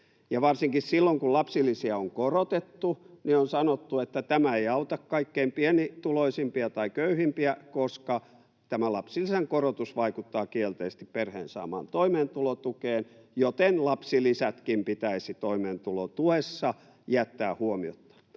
varsinkin silloin, kun lapsilisiä on korotettu, on sanottu, että tämä ei auta kaikkein pienituloisimpia tai köyhimpiä, koska tämä lapsilisän korotus vaikuttaa kielteisesti perheen saamaan toimeentulotukeen, joten lapsilisätkin pitäisi toimeentulotuessa jättää huomiotta.